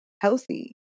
healthy